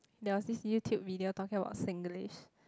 there was this YouTube video talking about Singlish